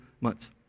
months